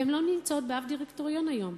והן לא נמצאות בשום דירקטוריון היום.